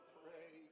pray